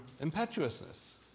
impetuousness